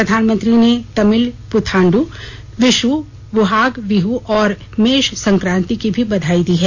प्रधानमंत्री ने तमिल पुथांडु विशु बोहाग विह् और मेष संक्रान्ति की भी बधाई दी है